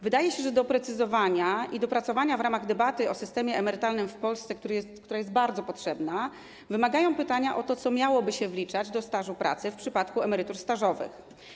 Wydaje się, że doprecyzowania i dopracowania w ramach debaty o systemie emerytalnym w Polsce, która jest bardzo potrzebna, wymagają pytania o to, co miałoby się wliczać do stażu pracy w przypadku emerytur stażowych.